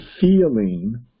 feeling